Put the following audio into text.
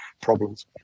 problems